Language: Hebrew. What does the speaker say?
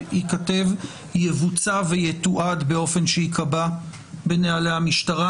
ייכתב שיבוצע ויתועד באופן שייקבע בנהלי המשטרה.